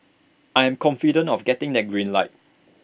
I am confident of getting that green light